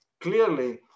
clearly